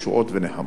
ישועות ונחמות.